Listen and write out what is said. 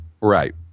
Right